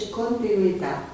continuità